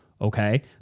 okay